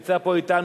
שנמצא פה אתנו,